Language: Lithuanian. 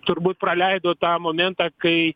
turbūt praleido tą momentą kai